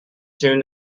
soon